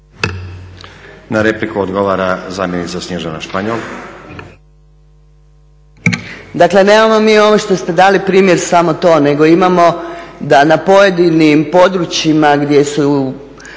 Na repliku odgovara zamjenica Snježana Španjol.